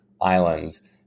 islands